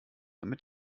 damit